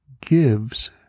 gives